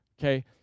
okay